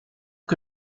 que